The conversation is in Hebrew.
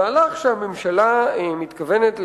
המהלך שהממשלה מתכוונת לבצע,